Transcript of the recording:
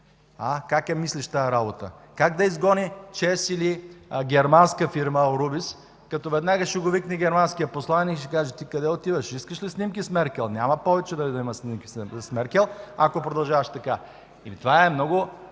Как я мислиш тази работа?” Как да изгони ЧЕЗ или германска фирма „Аурубис” като веднага ще го викне германския посланик и ще каже: „Ти къде отиваш? Искаш ли снимки с Меркел? Няма повече да има снимки с Меркел, ако продължаваш така”. Това е много